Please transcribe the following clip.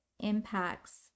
Impacts